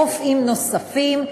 רופאים נוספים,